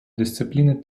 дисципліни